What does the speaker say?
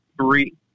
three